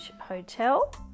Hotel